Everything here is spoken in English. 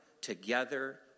together